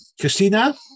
Christina